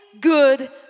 good